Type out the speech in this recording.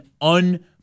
un